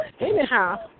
Anyhow